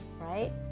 right